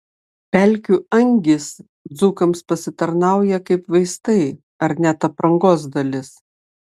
pelkių angys dzūkams pasitarnauja kaip vaistai ar net aprangos dalis